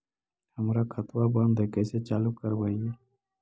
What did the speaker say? हमर खतवा बंद है कैसे चालु करवाई?